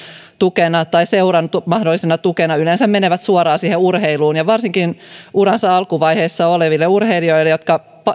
tukena tai seuran mahdollisena tukena yleensä menevät suoraan siihen urheiluun ja varsinkin uransa alkuvaiheessa oleville urheilijoille jotka